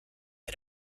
had